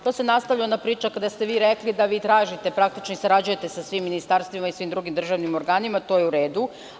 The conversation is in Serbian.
Tu se nastavlja ona priča kada ste vi rekli da tražite praktično i sarađujete sa svim ministarstvima i svim drugim državnim organima, to je u redu.